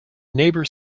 neighbour